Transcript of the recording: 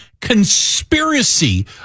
conspiracy